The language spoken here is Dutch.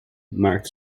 maakt